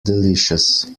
delicious